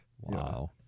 Wow